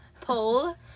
poll